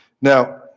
Now